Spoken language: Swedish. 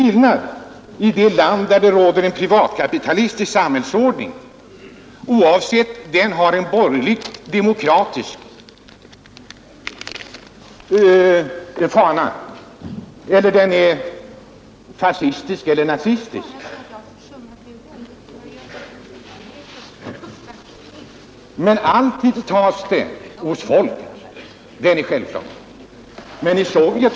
Även i ett land där det råder en privatkapitalistisk samhällsordning, oavsett om den har en borgerlig demokratisk fana eller om den är fascistisk eller nazistisk, tas kostnaderna alltid ut av folket — det är självklart. Kapitalisterna skapar inga värden, de är i stället tärande — inte skapande.